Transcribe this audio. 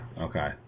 okay